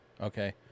Okay